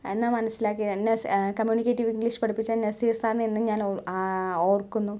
എന്നാണ് മനസിലാക്കിയത് സ് എന്നെ കമ്മ്യൂണിക്കേറ്റീവ് ഇംഗ്ലീഷ് പഠിപ്പിച്ച നസീർ സാറിനെ ഇന്നും ഞാൻ ഓർക്കുന്നു